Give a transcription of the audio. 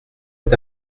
est